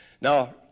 Now